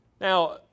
Now